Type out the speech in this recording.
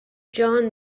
جان